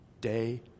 day